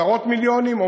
עשרות מיליונים,